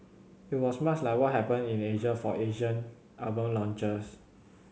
it was much like what happened in Asia for Asian album launches